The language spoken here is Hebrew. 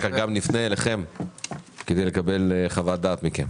כך ג9 נפנה אליכם כדי לקבל חוות דעת מכם.